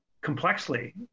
complexly